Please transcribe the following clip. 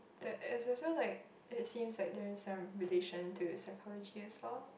that is also like it seems like there is some relation to psychology as well